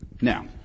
Now